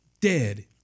dead